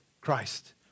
Christ